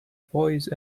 poise